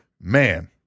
man